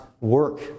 work